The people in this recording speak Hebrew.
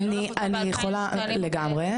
לגמרי.